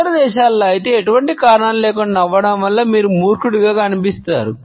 ఇతర దేశాలలో అయితే ఎటువంటి కారణం లేకుండా నవ్వడం వలన మీరు మూర్ఖుడిగా కనిపిస్తారు